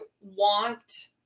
want